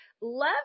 love